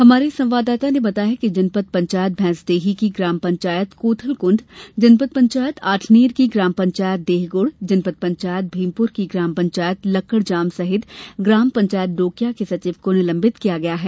हमारे संवाददाता ने बताया कि जनपद पंचायत भैंसदेही की ग्राम पंचायत कोथलकृण्ड जनपद पंचायत आठनेर की ग्राम पंचायत देहगुड़ जनपद पंचायत भीमपुर की ग्राम पंचायत लक्कडज़ाम सहित ग्राम पंचायत डोक्या के सचिव को निलम्बित किया गया है